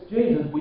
Jesus